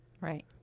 right